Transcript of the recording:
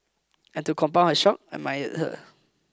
and to compound her shock admired her